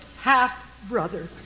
half-brother